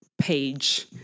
Page